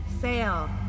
Sail